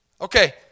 Okay